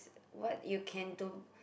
what you can do